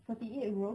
forty eight bro